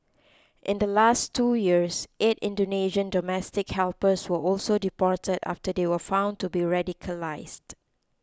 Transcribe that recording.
in the last two years eight Indonesian domestic helpers were also deported after they were found to be radicalised